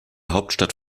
hauptstadt